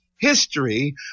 history